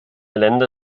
länder